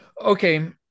Okay